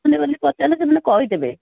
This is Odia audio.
ପଚାରିଲେ ପଚାରିଲେ ସେମାନେ କହି ଦେବେ